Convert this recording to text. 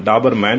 Dobermann